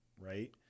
Right